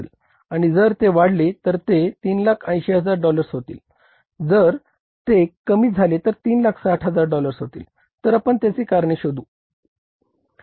आणि जर ते वाढले असेल तर ते 380000 डॉलर्स होतील जर ते कमी झाले तर 360000 डॉलर्स होतील तर आपण त्याची कारणे शोधू शकतो